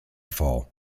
fall